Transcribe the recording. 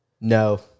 No